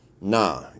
Nah